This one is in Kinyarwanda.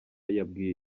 yabwiye